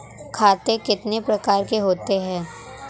खाते कितने प्रकार के होते हैं?